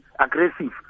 aggressive